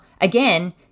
again